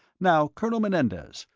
now, colonel menendez,